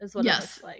Yes